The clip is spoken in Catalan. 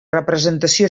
representació